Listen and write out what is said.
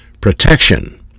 protection